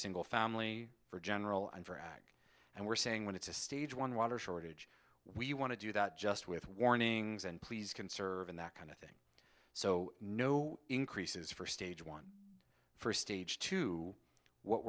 single family for general and for ag and we're saying when it's a stage one water shortage we want to do that just with warnings and please conserve and that kind of thing so no increases for stage one for stage two what